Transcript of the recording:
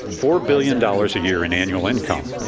four billion dollars a year in annual income,